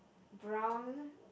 brown